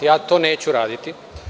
Ja to neću raditi.